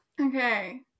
Okay